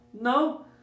No